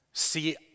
see